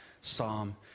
Psalm